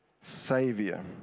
savior